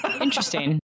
interesting